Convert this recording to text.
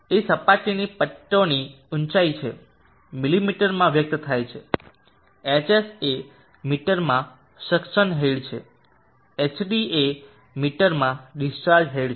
એ સપાટીની પટ્ટોની ઊંચાઇ છે મીમીમાં વ્યક્ત થાય છે hs એ મીટરમાં સકસન હેડ છે એચડી એ મીટરમાં ડીસ્ચાર્જ હેડ છે